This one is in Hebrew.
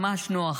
ממש נוח.